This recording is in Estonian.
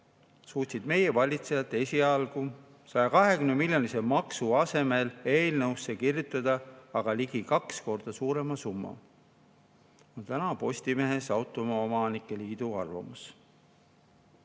suutsid meie valitsejad esialgu 120‑miljonilise maksu asemel eelnõusse kirjutada aga ligi kaks korda suurema summa." See on Eesti Autoomanike Liidu arvamus